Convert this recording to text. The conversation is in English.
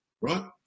right